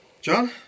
John